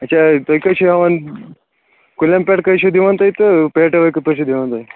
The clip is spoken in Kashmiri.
اچھا تُہۍ کٔہے چھو ہیوان کُلٮ۪ن پٮ۪ٹھ کٔہے چھو دوان تُہۍ تہٕ پٮ۪ٹن پٮ۪ٹھ کِتھ پٲٹھۍ چھ، و دِوان تُہۍ